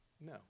no